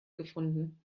gefunden